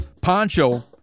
Poncho